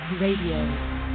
Radio